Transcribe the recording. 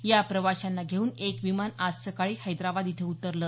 या प्रवाशांना घेऊन एक विमान आज सकाळी हैदराबाद इथं उतरलं